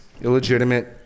illegitimate